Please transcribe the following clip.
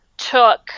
took